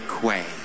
Quay